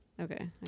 Okay